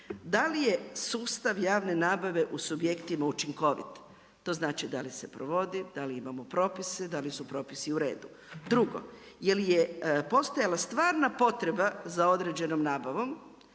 da li je sustav javne nabave u subjektima učinkovit, to znači da li se provodi, da li imamo propise, da li su propisi uredu. Drugo, jel je postojala stvarna potreba za određenom nabavom